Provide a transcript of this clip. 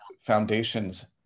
foundations